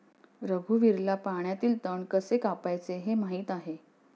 रघुवीरला पाण्यातील तण कसे कापायचे हे माहित आहे